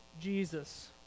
Jesus